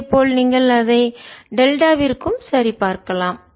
இதே போல் நீங்கள் அதை டெல்டாவிற்கு சரிபார்க்கலாம்